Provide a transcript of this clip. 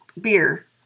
beer